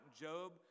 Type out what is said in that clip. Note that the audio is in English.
Job